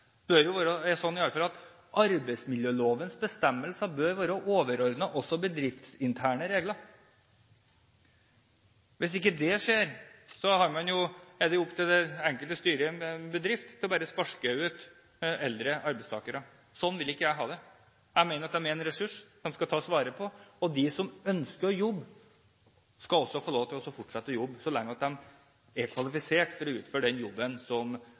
er iallfall sånn at arbeidsmiljølovens bestemmelser bør være overordnet også bedriftsinterne regler. Hvis ikke det skjer, er det jo opp til det enkelte styret ved en bedrift bare å sparke ut eldre arbeidstakere. Sånn vil ikke jeg ha det. Jeg mener at de er en ressurs, de skal tas vare på. De som ønsker å jobbe, skal også få lov til å fortsette å jobbe så lenge de er kvalifisert til å utføre den jobben som